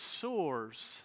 soars